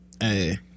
hey